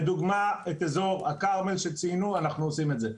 לדוגמה, את אזור הכרמל שציינו, אנחנו עושים את זה.